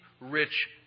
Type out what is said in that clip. rich